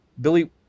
Billy